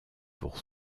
pour